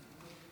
אבל הוא מת